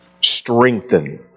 strengthen